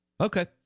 Okay